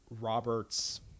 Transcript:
Robert's